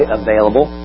available